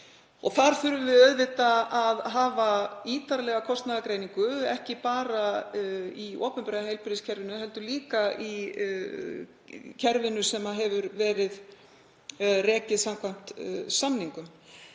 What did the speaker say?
og þar þurfum við auðvitað að hafa ítarlega kostnaðargreiningu, ekki bara í opinbera heilbrigðiskerfinu heldur líka í kerfinu sem hefur verið rekið samkvæmt samningum.